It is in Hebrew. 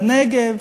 בנגב,